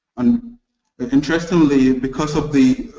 and ah interestingly because of the